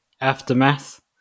aftermath